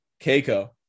Keiko